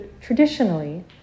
traditionally